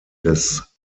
des